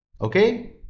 Okay